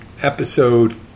episode